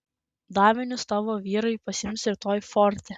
davinius tavo vyrai pasiims rytoj forte